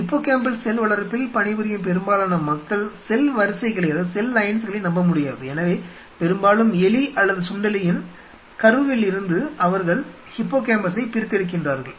hippocampal cell வளர்ப்பில் பணிபுரியும் பெரும்பாலான மக்கள் செல் வரிசைகளை நம்ப முடியாது எனவே பெரும்பாலும் எலி அல்லது சுண்டெலியின் கருவில் இருந்து அவர்கள் ஹிப்போகாம்பஸை பிரித்தெடுக்கின்றார்கள்